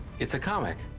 it's a comic.